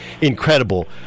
Incredible